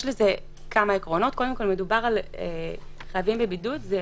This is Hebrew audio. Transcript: יש לזה כמה עקרונות, מדובר על חייבים בבידוד, זה